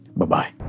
Bye-bye